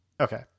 Okay